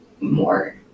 more